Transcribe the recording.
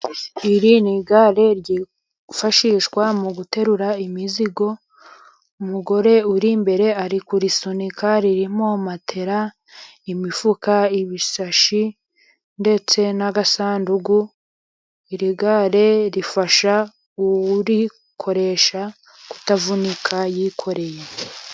Iri ni igare ryifashishwa mu guterura imizigo, umugore uri imbere ari kurisunika ririmo matera, imifuka, ibishashi ndetse n'agasanduku, iri gare rifasha urikoresha kutavunika yikoreye.